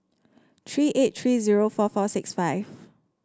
three eight three zero four four six five